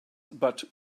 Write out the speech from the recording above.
but